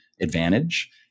advantage